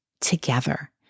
Together